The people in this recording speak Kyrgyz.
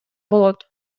болот